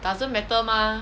doesn't matter mah